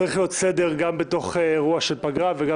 צריך להיות סדר גם בתוך אירוע של פגרה וגם